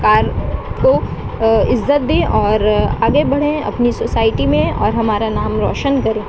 کار کو عزت دیں اور آگے بڑھیں اپنی سوسائٹی میں اور ہمارا نام روشن کریں